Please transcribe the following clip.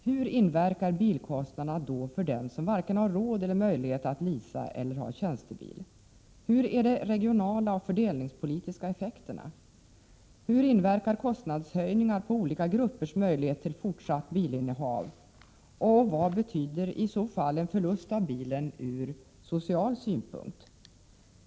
Hur drabbar då bilkostnaderna den som varken har råd eller möjlighet att leasa eller ha tjänstebil? Hurudana är de regionala och fördelningspolitiska effekterna? Hur inverkar kostnadshöjningar på olika gruppers möjlighet till fortsatt bilinnehav och vad betyder i så fall en förlust av bilen från social synpunkt?